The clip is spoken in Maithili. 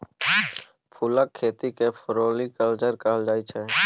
फुलक खेती केँ फ्लोरीकल्चर कहल जाइ छै